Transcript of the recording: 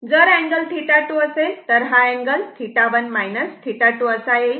जर अँगल 2 असेल तर हा अँगल 1 2 असा येईल